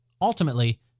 Ultimately